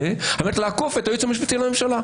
על מנת לעקוף את הייעוץ המשפטי לממשלה.